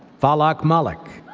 falak malik.